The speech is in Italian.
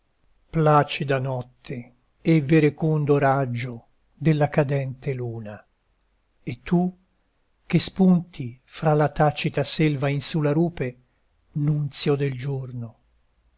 incalza placida notte e verecondo raggio della cadente luna e tu che spunti fra la tacita selva in su la rupe nunzio del giorno